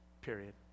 period